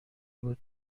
بود